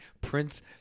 prince